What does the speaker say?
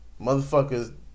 motherfuckers